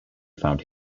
found